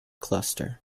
cluster